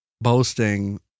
boasting